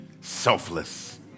selfless